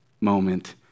moment